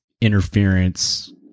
interference